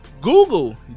Google